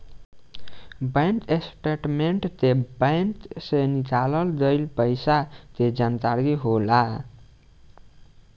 bank statement के में bank से निकाल गइल पइसा के जानकारी होला